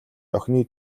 охины